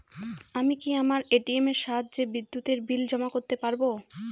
আমি কি আমার এ.টি.এম এর সাহায্যে বিদ্যুতের বিল জমা করতে পারব?